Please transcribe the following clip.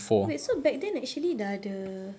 wait so back then actually dah ada